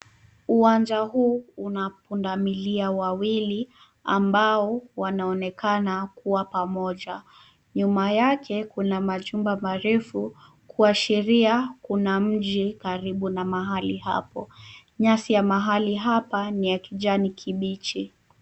Uwanja huu una punda milia wawili ambao wanaonekana kuwa pamoja. Nyuma yake kuna majumba marefu kuashiria kuna mji karibu na mahali hapo. Nyasi ya mahali hapa ni ya kijani kibichi.